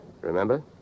Remember